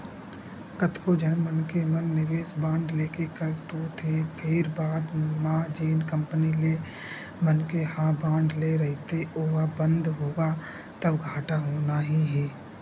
कतको झन मनखे मन निवेस बांड लेके कर तो देथे फेर बाद म जेन कंपनी ले मनखे ह बांड ले रहिथे ओहा बंद होगे तब घाटा होना ही हे